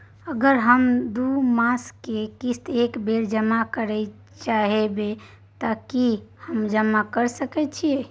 अगर हम दू मास के किस्त एक बेर जमा करे चाहबे तय की हम जमा कय सके छि?